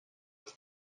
was